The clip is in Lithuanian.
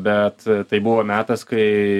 bet tai buvo metas kai